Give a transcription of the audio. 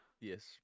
Yes